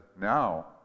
now